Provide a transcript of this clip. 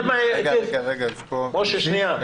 משה, שנייה.